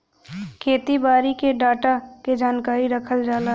खेती बारी के डाटा क जानकारी रखल जाला